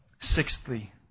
Sixthly